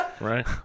Right